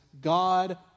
God